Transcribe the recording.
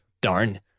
darn